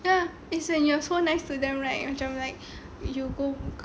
ya it's like you are so nice to them right macam like you go